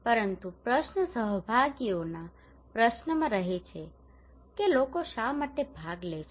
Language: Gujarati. પરંતુ પ્રશ્ન સહભાગીઓના પ્રશ્નમાં રહે છે કે લોકો શા માટે ભાગ લે છે